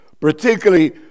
particularly